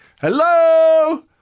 Hello